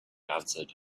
answered